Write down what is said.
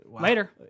later